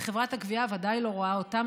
וחברת הגבייה ודאי לא רואה אותן,